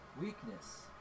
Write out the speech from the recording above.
Weakness